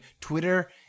Twitter